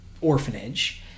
orphanage